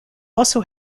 also